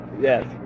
Yes